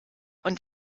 und